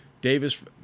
Davis